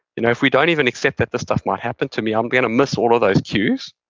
you know if we don't even accept that this stuff might happen to me, i'm going to miss all of those cues